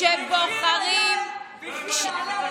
שר בממשלה שלכם,